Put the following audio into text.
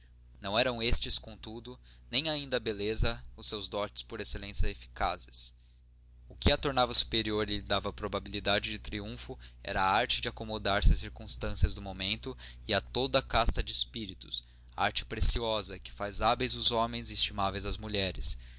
não eram estes contudo nem ainda a beleza os seus dotes por excelência eficazes o que a tornava superior e lhe dava probabilidade de triunfo era a arte de acomodar se às circunstâncias do momento e a toda a casta de espíritos arte preciosa que faz hábeis os homens e estimáveis as mulheres